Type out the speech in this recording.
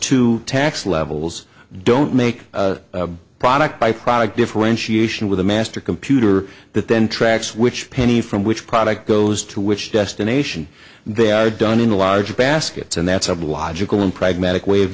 two tax levels don't make a product by product differentiation with a master computer that then tracks which penny from which product goes to which destination they are done in the larger baskets and that's a logical and pragmatic way of